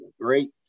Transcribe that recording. great